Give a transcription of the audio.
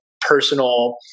personal